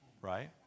Right